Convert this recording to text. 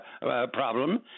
problem